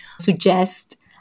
suggest